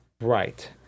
Right